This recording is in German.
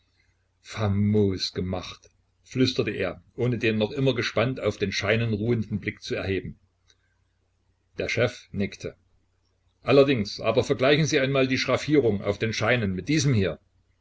gemacht flüsterte er ohne den noch immer gespannt auf den scheinen ruhenden blick zu erheben der chef nickte allerdings aber vergleichen sie einmal die schraffierung auf den scheinen mit diesem hier